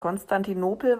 konstantinopel